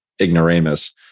ignoramus